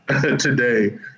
today